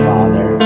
Father